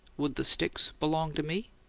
would the sticks belong to me?